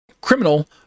criminal